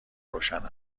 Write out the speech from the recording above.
روشن